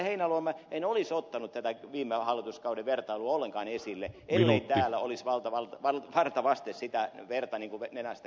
heinäluoma en olisi ottanut tätä viime hallituskauden vertailua ollenkaan esille ellei täällä olisi varta varten sitä verta nenästä kaivettu